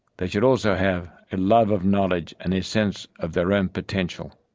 they should also have a love of knowledge and a sense of their own potential.